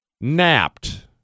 napped